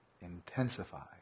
intensify